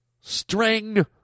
string